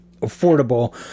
affordable